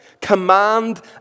Command